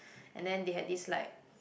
and then they had this like